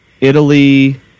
italy